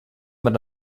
mit